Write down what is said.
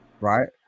right